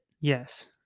Yes